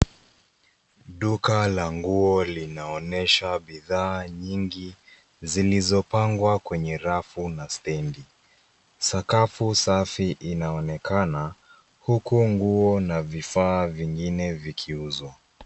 Duka la nguo linaonyesha bidhaa nyingi zilizopangwa kwenye rafu na stendi. Sakafu safi inaonekana huku nguo na vifaa vingine vikiuzwa.